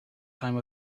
time